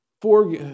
Four